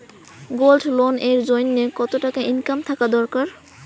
Gold loan এর জইন্যে কতো টাকা ইনকাম থাকা দরকার?